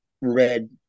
red